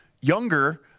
younger